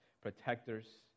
protectors